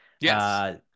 yes